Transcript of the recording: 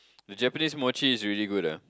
the Japanese mochi is really good ah